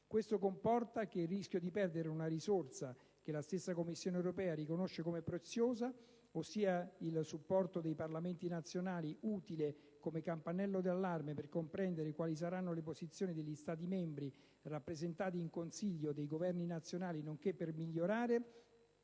Questo comporta il rischio di perdere una risorsa che la stessa Commissione europea riconosce come preziosa, ossia il supporto dei Parlamenti nazionali, utile come campanello d'allarme per comprendere quali saranno le posizioni degli Stati membri rappresentati in Consiglio dai Governi nazionali, nonché per migliorare,